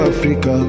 Africa